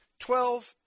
Twelve